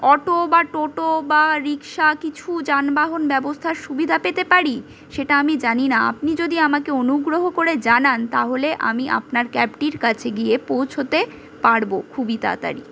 auto বা টোটো বা রিক্সা কিছু যানবাহন ব্যবস্থার সুবিধা পেতে পারি সেটা আমি জানি না আপনি যদি আমাকে অনুগ্রহ করে জানান তাহলে আমি আপনার ক্যাবটির কাছে গিয়ে পৌঁছোতে পারবো খুবই তাড়াতাড়ি